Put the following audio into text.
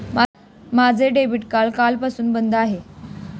माझे debit card कालपासून बंद आहे